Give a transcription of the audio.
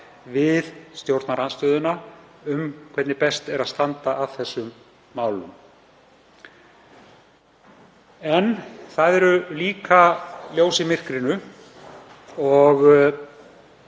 við stjórnarandstöðuna um hvernig best sé að standa að málum. En það er líka ljós í myrkrinu og